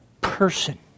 person